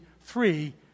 three